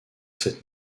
cette